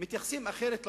מתייחסים אחרת למובטל,